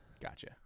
Gotcha